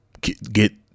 get